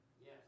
Yes